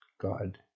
God